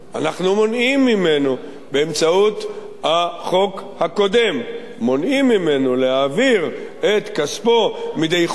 באמצעות החוק הקודם אנחנו מונעים ממנו להעביר את כספו מדי חודש בחודשו,